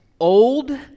Old